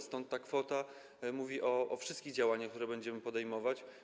Stąd ta kwota świadczy o wszystkich działaniach, które będziemy podejmować.